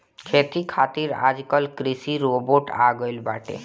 खेती खातिर आजकल कृषि रोबोट आ गइल बाटे